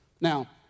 Now